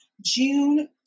June